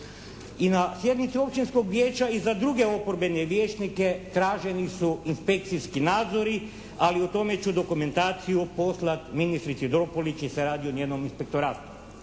I na sjednici općinskog vijeća i za druge oporbene vijećnike traženi su inspekcijski nadzori ali o tome ću dokumentaciju poslati ministrici Dropulić jer se radi o njenom inspektoratu.